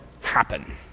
happen